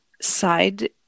side